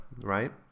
right